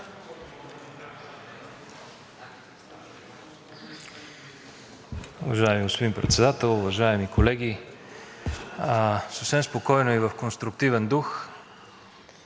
Уважаеми господин Председател, уважаеми колеги! Съвсем спокойно и в конструктивен дух